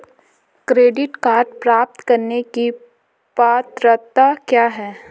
Credit card प्राप्त करने की पात्रता क्या है?